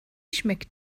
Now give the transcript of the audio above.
schmeckt